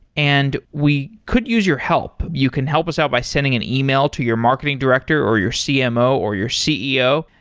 and we could use your help. you can help us out by sending an email to your marketing director, or your cmo, or your ceo.